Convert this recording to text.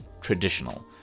traditional